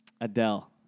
Adele